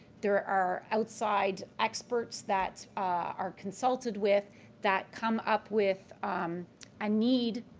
there are outside experts that are consulted with that come up with a need,